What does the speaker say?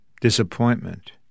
disappointment